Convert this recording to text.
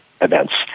events